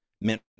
meant